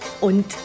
Und